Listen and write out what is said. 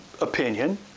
opinion